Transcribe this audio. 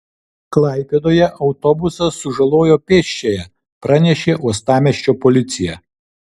klaipėdoje autobusas sužalojo pėsčiąją pranešė uostamiesčio policija